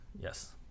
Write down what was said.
Yes